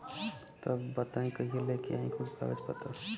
तब बताई कहिया लेके आई कुल कागज पतर?